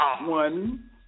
One